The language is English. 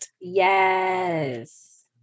Yes